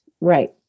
Right